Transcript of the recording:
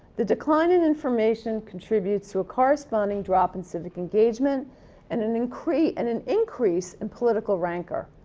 the decline in information contributes to a corresponding drop in civic engagement and an increase and an increase in political rancor.